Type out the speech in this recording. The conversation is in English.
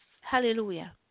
hallelujah